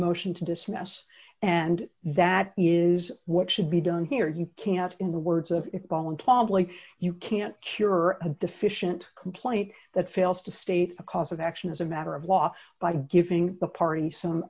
motion to dismiss and that is what should be done here you can't in the words of paul and probably you can't cure deficient complaint that fails to state a cause of action as a matter of law by giving the party